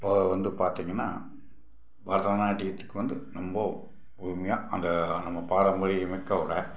இப்போ வந்து பார்த்திங்கினா பரதநாட்டியத்துக்கு வந்து ரொம்ப பொறுமையாக அந்த நம்ம பாரம்பரியமிக்க உடை